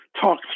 talk